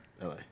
LA